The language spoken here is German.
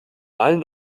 allen